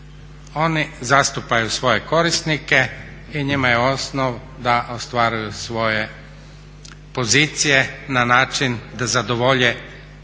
Oni zastupaju svoje korisnike i njima je osnov da ostvaruju svoje pozicije na način da zadovolje